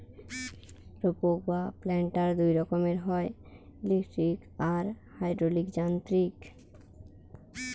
রোপক বা প্ল্যান্টার দুই রকমের হয়, ইলেকট্রিক আর হাইড্রলিক যান্ত্রিক